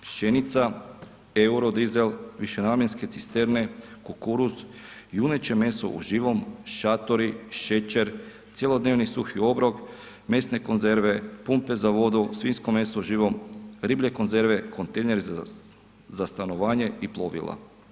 Pšenica, euro dizel, višenamjenske cisterne, kukuruz, juneće meso u živom, šatori, šećer, cjelodnevni suhi obrok, mesne konzerve, pumpe za vodu, svinjsko meso u živom, riblje konzerve, kontejneri za stanovanje i plovila.